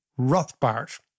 Rothbard